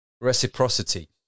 reciprocity